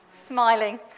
Smiling